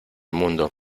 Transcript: mundo